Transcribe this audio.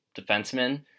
defenseman